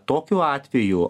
tokiu atveju